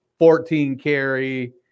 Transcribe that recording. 14-carry